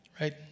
right